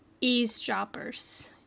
eavesdroppers